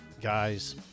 guys